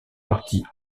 partis